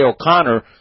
O'Connor